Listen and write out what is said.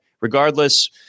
regardless